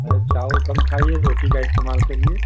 अरे चावल कम खाइए रोटी का इस्तेमाल करिए